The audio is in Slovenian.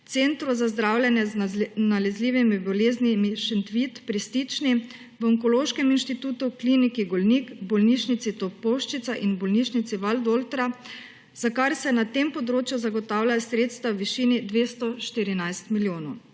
Centru za zdravljenje z nalezljivimi bolezni Šentvid pri Stični, v Onkološkem inštitutu, Kliniki Golnik, Bolnišnici Topolšica in Bolnišnici Valdoltra; za kar se na tem področju zagotavljajo sredstva v višini 214 milijonov.